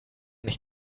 nicht